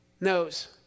knows